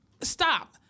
stop